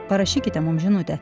parašykite mum žinutę